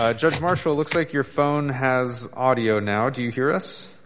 just marshall looks like your phone has audio now do you hear us